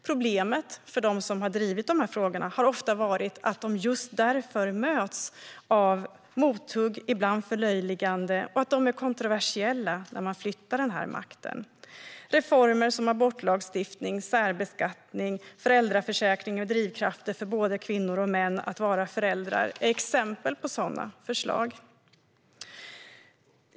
Problemet för dem som har drivit frågorna har ofta varit att de just därför möts av mothugg, ibland förlöjligande och att frågorna blir kontroversiella när makten flyttas. Det har varit fråga om reformer som abortlagstiftning, särbeskattning och föräldraförsäkring, och det är fråga om förslag på sådant som ger drivkrafter för både kvinnor och män att vara föräldrar.